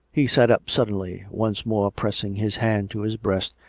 he sat up suddenly, once more pressing his hand to his breast,